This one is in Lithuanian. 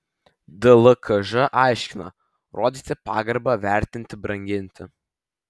dlkž aiškina rodyti pagarbą vertinti branginti